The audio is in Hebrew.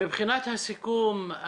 מבחינת הסיכום,